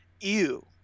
ew